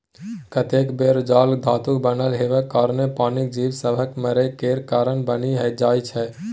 कतेक बेर जाल धातुक बनल हेबाक कारणेँ पानिक जीब सभक मरय केर कारण बनि जाइ छै